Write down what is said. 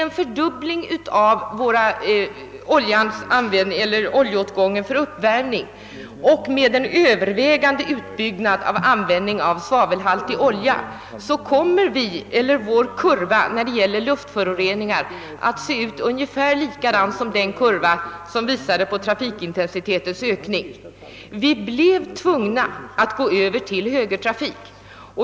Siffrorna visar på en fördubbling av oljeåtgången för uppvärmningsändamål, och den övervägande delen av ökningen ligger på svavelhaltig olja. Därför kommer kurvan för luftföroreningar att se ut ungefär på samma sätt som kurvan för trafikintensitetens ökning. Vi blev tvungna att gå över till högertrafik.